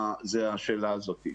זאת שאלה פוליטית ב-ה' הידיעה.